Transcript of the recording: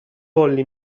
volli